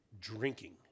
drinking